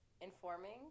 informing